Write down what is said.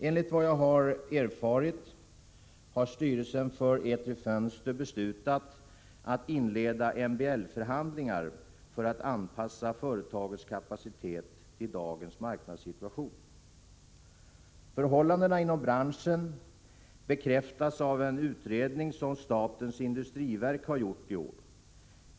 Enligt vad jag har erfarit har styrelsen för Etri Fönster beslutat att inleda MBL-förhandlingar för att anpassa företagets kapacitet till dagens marknadssituation. Förhållandena inom branschen bekräftas av en utredning som statens industriverk har gjort i år.